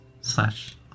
slash